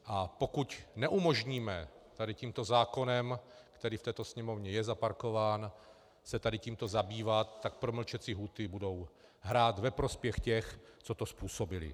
A pokud neumožníme tímto zákonem, který v této Sněmovně je zaparkován, se tímto zabývat, tak promlčecí lhůty budou hrát ve prospěch těch, co to způsobili.